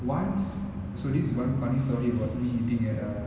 once so this is one funny story about me eating at uh